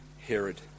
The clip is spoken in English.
Herod